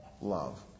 love